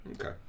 Okay